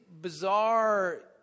bizarre